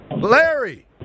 Larry